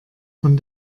von